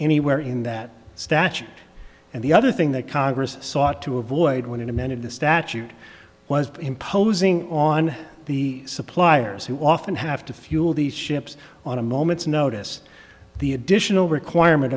anywhere in that statute and the other thing that congress sought to avoid when it amended the statute was imposing on the suppliers who often have to fuel these ships on a moment's notice the addition no requirement